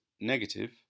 negative